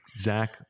zach